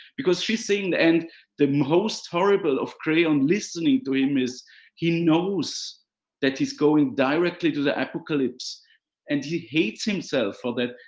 because she's saying, and the most horrible of creon listening to him is he knows that he's going directly to the apocalypse and he hates himself for that.